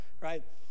right